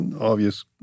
obvious